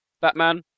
Batman